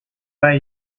pas